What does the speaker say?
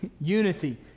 unity